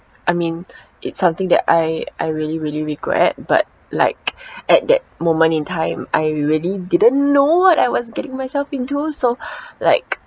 I mean it's something that I I really really regret but like at that moment in time I really didn't know what I was getting myself into so like